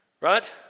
Right